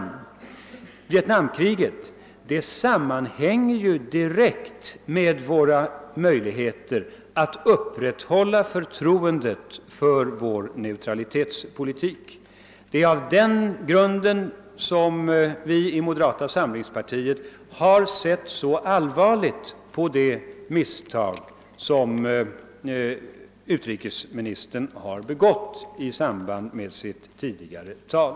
Våra möjligheter att göra detta sammanhänger direkt med Sveriges möjligheter att upprätthålla förtroendet för vår neutralitetspolitik. Det är på den grunden som moderata samlingspartiet har sett så allvarligt på de misstag som utrikesministern begick i samband med sitt tidigare tal.